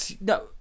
no